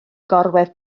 gorwedd